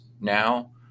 now